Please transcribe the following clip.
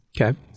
Okay